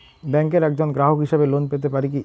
ব্যাংকের একজন গ্রাহক হিসাবে লোন পেতে পারি কি?